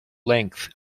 length